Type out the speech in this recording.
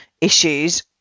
issues